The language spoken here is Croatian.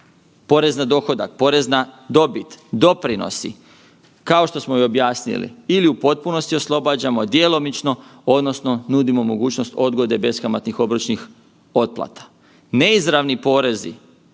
Porez na dohodak, porez na dobit doprinosi kao što smo objasnili ili u potpunosti oslobađamo, djelomično odnosno nudimo mogućnost odgode beskamatnih obročnih otplata. Neizravni porezi,